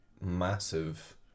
massive